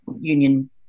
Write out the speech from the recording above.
Union